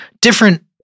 different